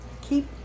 keep